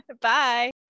Bye